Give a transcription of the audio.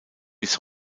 bis